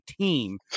team